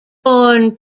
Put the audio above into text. born